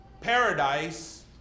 Paradise